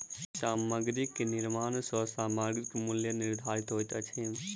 सामग्री के निर्माण सॅ सामग्रीक मूल्य निर्धारित होइत अछि